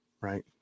right